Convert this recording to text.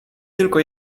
tylko